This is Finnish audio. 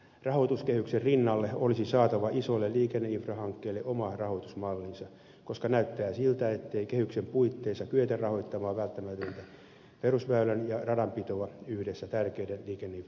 rahoituskehyksen rinnalle olisi saatava isoille liikenneinfrahankkeille oma rahoitusmallinsa koska näyttää siltä ettei kehyksen puitteissa kyetä rahoittamaan välttämätöntä perusväylän ja radanpitoa yhdessä tärkeiden liikenneinfrahankkeiden kanssa